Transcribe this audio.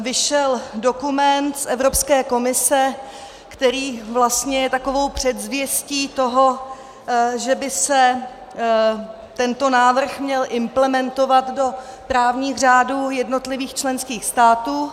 Vyšel dokument z Evropské komise, který vlastně je takovou předzvěstí toho, že by se tento návrh měl implementovat do právních řádů jednotlivých členských států.